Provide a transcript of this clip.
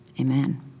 Amen